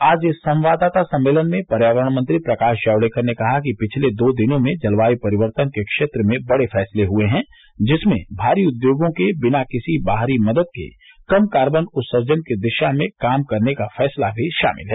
आज संवाददाता सम्मेलन में पर्यावरण मंत्री प्रकाश जावड़ेकर ने कहा कि पिछले दो दिनों में जलवायु परिवर्तन के क्षेत्र में बड़े फैसले हुए हैं जिसमें भारी उद्योगों के बिना किसी बाहरी मदद के कम कार्बन उत्सर्जन की दिशा में काम करने का फैसला भी शामिल है